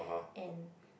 and